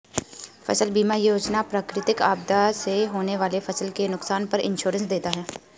फसल बीमा योजना प्राकृतिक आपदा से होने वाली फसल के नुकसान पर इंश्योरेंस देता है